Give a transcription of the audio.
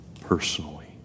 personally